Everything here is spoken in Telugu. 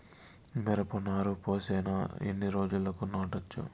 మిరప నారు పోసిన ఎన్ని రోజులకు నాటచ్చు?